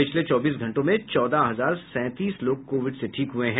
पिछले चौबीस घंटों में चौदह हजार सैंतीस लोग कोविड से ठीक हुए हैं